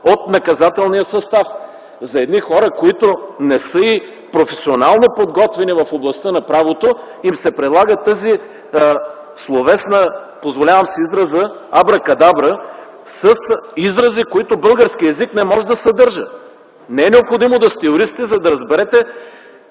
от наказателния състав? За тези хора, които не са професионално подготвени в областта на правото, им се прилага тази словесна, позволявам си израза абра-кадабра, с изрази, които българският език не може да съдържа. Не е необходимо да сте юристи, за да разберете